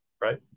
right